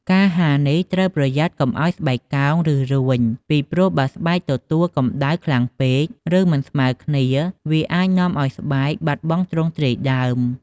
ការហាលនេះត្រូវប្រយ័ត្នកុំឱ្យស្បែកកោង ឬរួញ ពីព្រោះបើស្បែកទទួលកម្តៅខ្លាំងពេក ឬមិនស្មើគ្នា វាអាចនាំឲ្យស្បែកបាត់ទ្រង់ទ្រាយដើម។